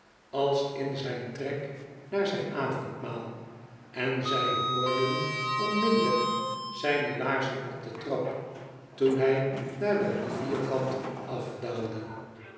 als in zijn trek naar zijn avondmaal en zij hoorden onmidellijk zijne laarzen op de trap toen hij naar den rivierkant afdaalde